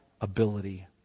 ability